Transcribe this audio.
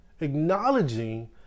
acknowledging